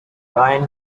ryan